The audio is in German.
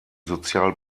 sozial